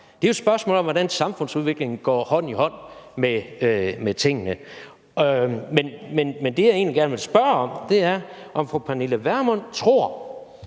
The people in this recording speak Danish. Det er jo et spørgsmål om, hvordan samfundsudviklingen går hånd i hånd med tingene. Men det, jeg egentlig gerne vil spørge om, er, om fru Pernille Vermund tror,